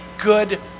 good